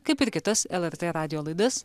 kaip ir kitas lrt radijo laidas